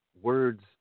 words